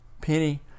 penny